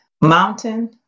mountain